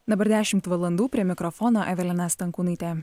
dabar dešimt valandų prie mikrofono evelina stankūnaitė